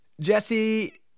Jesse